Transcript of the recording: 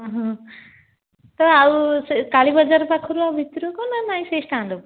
ତ ଆଉ ସେ କାଳୀ ବାଜର ପାଖରୁ ଆଉ ଭିତରକୁ ନା ନାଇଁ ସେହି ଷ୍ଟାଣ୍ଡ୍ ଉପରେ